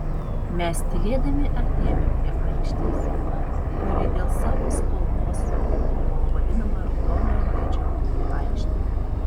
mes tylėdami artėjome prie aikštės kuri dėl savo spalvos buvo vadinama raudonojo gaidžio aikšte